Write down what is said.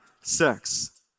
sex